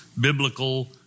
biblical